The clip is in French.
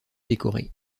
décorés